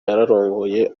yarongeye